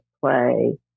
play